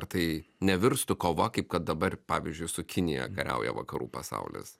ar tai nevirstų kova kaip kad dabar pavyzdžiui su kinija kariauja vakarų pasaulis